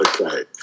Okay